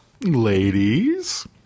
Ladies